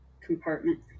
compartment